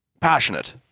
passionate